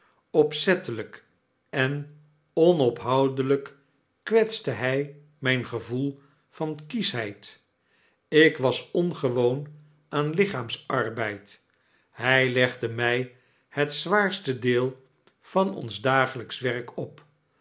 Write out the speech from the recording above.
opzettelijk en onophoudelijk kwetste hij mijn gevoel van kieschheid ik was ongewoon aan hchaamsarbeid hij legde mij het zwaarste deel van ons dagelijksch werk op